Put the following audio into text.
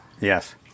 Yes